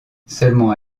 seulement